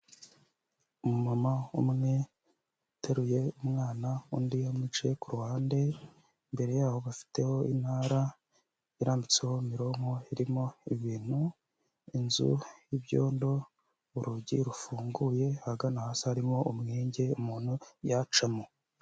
Umumama umwe uteruye umwana undi yamwicaye ku ruhande, imbere yaho bafiteho intara irambitseho mironko irimo ibintu, inzu y'ibyondo, urugi rufunguye, ahagana hasi harimo umwenge umuntu yacamo.